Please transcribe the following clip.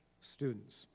students